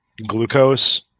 glucose